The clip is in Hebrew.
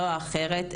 לא האחרת,